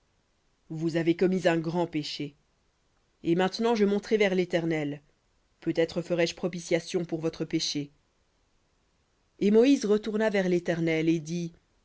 vous avez commis un grand péché et maintenant je monterai vers l'éternel peut-être ferai-je propitiation pour votre péché et moïse retourna vers l'éternel et dit